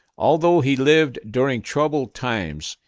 although he lived during troubled times,